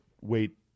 wait